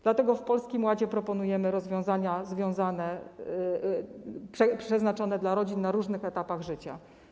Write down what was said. Dlatego w Polskim Ładzie proponujemy rozwiązania przeznaczone dla rodzin na różnych etapach życia.